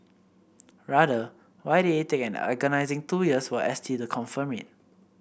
rather why did it take an agonising two years for S T to confirm it